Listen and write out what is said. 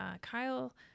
Kyle